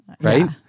right